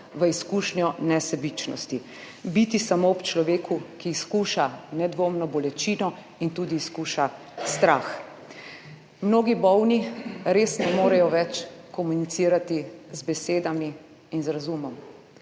v izkušnjo nesebičnosti. Biti samo ob človeku, ki izkuša nedvomno bolečino in tudi strah. Mnogi bolni res ne morejo več komunicirati z besedami in z razumom,